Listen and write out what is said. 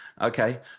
Okay